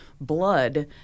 blood